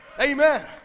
Amen